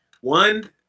One